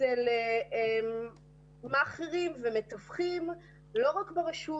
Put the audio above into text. אצל מאכרים ומתווכים, לא רק ברשות.